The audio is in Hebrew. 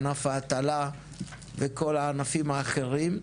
ענף ההטלה וכל הענפים האחרים,